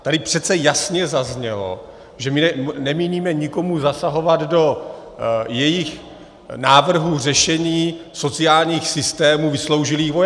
Tady přece jasně zaznělo, že nemíníme nikomu zasahovat do jejich návrhů řešení sociálních systémů vysloužilých vojáků.